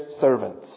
servants